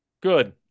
Good